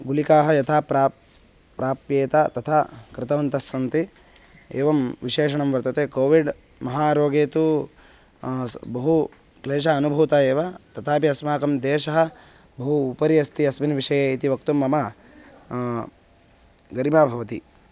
गुलिकाः यथा प्राप् प्राप्येत तथा कृतवन्तः सन्ति एवं विशेषणं वर्तते कोविड् महारोगे तु बहुक्लेशः अनुभूतः एव तथापि अस्माकं देशः बहु उपरि अस्ति अस्मिन् विषये इति वक्तुं मम घरिमा भवति